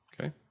Okay